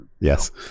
Yes